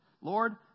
Lord